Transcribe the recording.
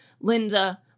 Linda